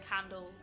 candles